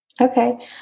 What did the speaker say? Okay